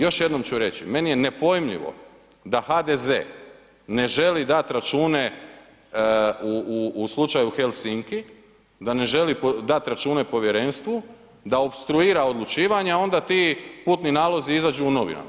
Još jednom ću reći, meni je nepojmljivo da HDZ ne želi dati račune u slučaju Helsinki, da ne želi dati račune povjerenstvu, da opstruira odlučivanje a onda ti putni nalozi izađu u novinama.